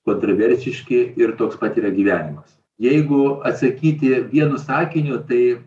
kontroversiški ir toks pat yra gyvenimas jeigu atsakyti vienu sakiniu tai